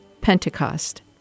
Pentecost